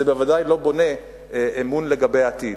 זה בוודאי לא בונה אמון לגבי העתיד.